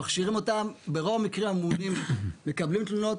ברוב המקרים הממונים מקבלים תלונות.